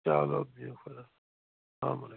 چلو بِہِو خۄدا السلام علیکُم